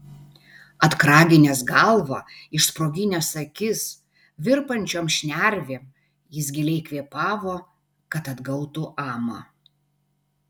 atkraginęs galvą išsproginęs akis virpančiom šnervėm jis giliai kvėpavo kad atgautų amą